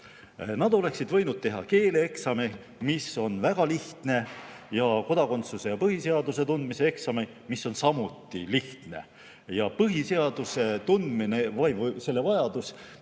Nad oleksid võinud teha keeleeksami, mis on väga lihtne, ja kodakondsuse [seaduse] ja põhiseaduse tundmise eksami, mis on samuti lihtne. Põhiseaduse tundmine või selle tundmise